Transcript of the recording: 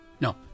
No